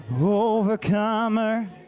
overcomer